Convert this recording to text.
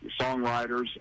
songwriters